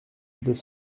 deux